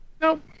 Nope